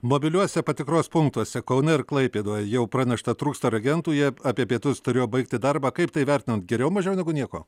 mobiliuose patikros punktuose kaune ir klaipėdoje jau pranešta trūksta reagentų jie apie pietus turėjo baigti darbą kaip tai vertinant geriau mažiau negu nieko